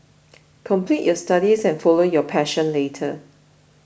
complete your studies and follow your passion later